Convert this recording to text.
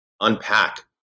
unpack